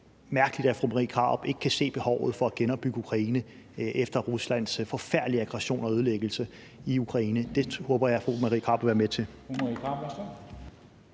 mærkeligt, at fru Marie Krarup ikke kan se behovet for at genopbygge Ukraine efter Ruslands forfærdelige aggression og ødelæggelse i Ukraine. Det håber jeg fru Marie Krarup vil være med til.